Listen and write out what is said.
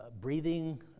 breathing